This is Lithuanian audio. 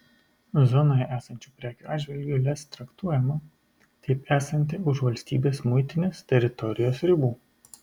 zonoje esančių prekių atžvilgiu lez traktuojama kaip esanti už valstybės muitinės teritorijos ribų